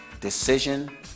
decision